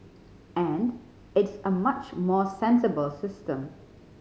and it's a much more sensible system